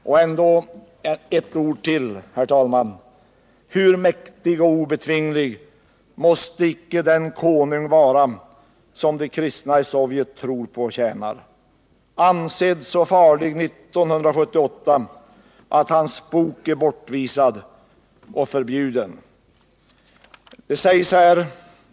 Ytterligare några ord, herr talman: Hur mäktig och obetvinglig måste icke den konung vara som de kristna i Sovjet tror på och tjänar, han som 1978 ansågs så farlig att hans bok är bortvisad och förbjuden!